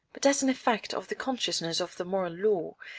but as an effect of the consciousness of the moral law,